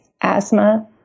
asthma